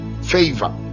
favor